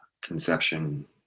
conception